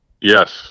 Yes